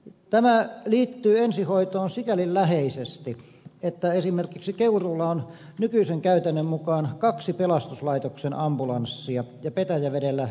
tämä liittyy ensihoitoon sikäli läheisesti että esimerkiksi keuruulla on nykyisen käytännön mukaan kaksi pelastuslaitoksen ambulanssia ja petäjävedellä yksityinen